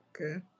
Okay